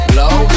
low